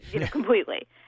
completely